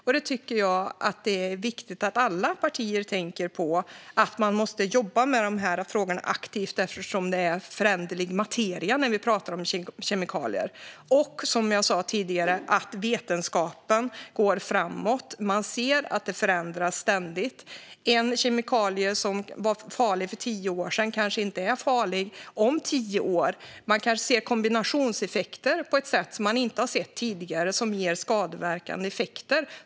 Jag tycker att det är viktigt att alla partier tänker på att man måste jobba aktivt med dessa frågor, eftersom kemikalieområdet är föränderlig materia. Som jag sa tidigare går vetenskapen framåt. Vi kan se att det ständigt förändras. Ett kemiskt ämne som var farligt för tio år sedan är kanske inte farligt om tio år. Man kanske ser kombinationseffekter på ett sätt som man inte har sett tidigare och som ger skadeverkande effekter.